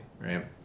right